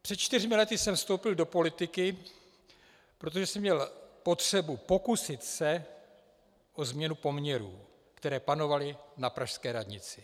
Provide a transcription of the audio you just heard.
Před čtyřmi lety jsem vstoupil do politiky, protože jsem měl potřebu pokusit se o změnu poměrů, které panovaly na pražské radnici.